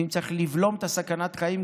ואם צריך לבלום את סכנת חיים,